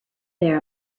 there